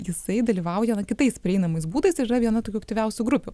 jisai dalyvauja kitais prieinamais būdais ir yra viena tokių aktyviausių grupių